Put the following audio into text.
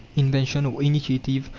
invention, or initiative,